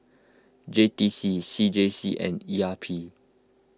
J T C C J C and E R P